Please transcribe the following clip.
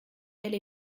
elle